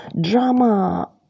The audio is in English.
drama